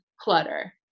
clutter